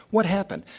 what happened?